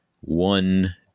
one